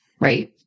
Right